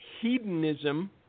hedonism